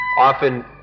Often